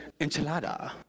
enchilada